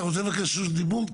אתה רוצה לבקש רשות דיבור?